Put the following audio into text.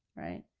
right,